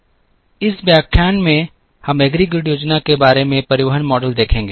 इस व्याख्यान में हम एग्रीगेट योजना के लिए परिवहन मॉडल देखेंगे